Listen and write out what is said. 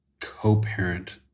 co-parent